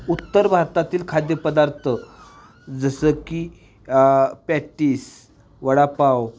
उत्तर भारतातील खाद्यपदार्थ जसं की पॅटीस वडापाव